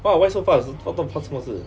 !wah! why so fast 到底发生什么事